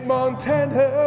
Montana